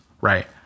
right